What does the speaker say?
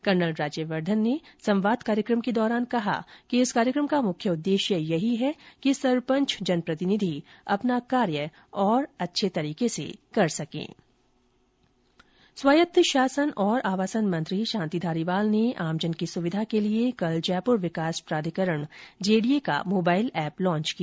colonel Rajyavardhan ने संवाद कार्यक्रम के दौरान कहा कि इस कार्यक्रम का मुख्य उद्देश्य यही है कि सरपंच जनप्रतिनिधि अपना कार्य और अच्छे तरीके से कर सकें स्वायत शासन और आवासन मंत्री शांति धारीवाल ने आमजन की सुविधा के लिए कल जयपुर विकास प्राधिकरण जेडीए का मोबाइल एप लांच किया